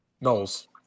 Knowles